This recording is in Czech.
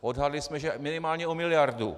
Odhadli jsme, že minimálně o miliardu.